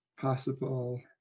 possible